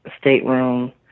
stateroom